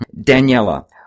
Daniela